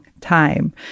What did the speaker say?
time